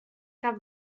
cap